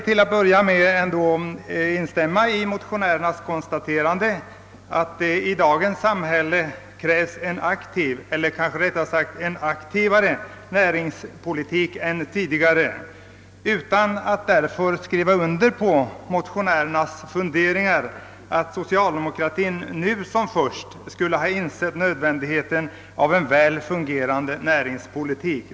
Till att börja med vill jag ändå instämma i motionärernas konstaterande att det i dagens samhälle krävs en aktiv näringspolitik — eller kanske rättare sagt en aktivare näringspolitik än tidigare — utan att därför skriva under på motionärernas funderingar om att socialdemokratin först nu skulle ha insett nödvändigheten av en väl fungerande näringspolitik.